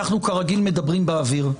שאנחנו כרגיל מדברים באוויר.